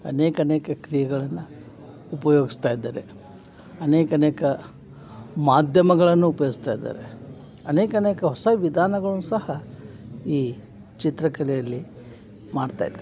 ಅನೇಕ ಅನೇಕ ಕ್ರಿಯೆಗಳನ್ನು ಉಪಯೋಗಿಸ್ತಾ ಇದ್ದಾರೆ ಅನೇಕ ಅನೇಕ ಮಾಧ್ಯಮಗಳನ್ನು ಉಪಯೋಗ್ಸ್ತಾ ಇದ್ದಾರೆ ಅನೇಕ ಅನೇಕ ಹೊಸ ವಿಧಾನಗಳ್ನೂ ಸಹ ಈ ಚಿತ್ರಕಲೆಯಲ್ಲಿ ಮಾಡ್ತಾಯಿದ್ದಾರೆ